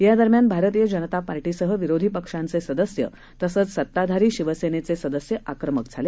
या दरम्यान भारतीय जनता पार्टीसह विरोधी पक्षांचे सदस्य तसेच सत्ताधारी शिवसेनेचे सदस्य आक्रमक झाले